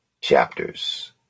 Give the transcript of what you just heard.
chapters